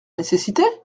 nécessité